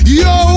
yo